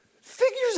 figures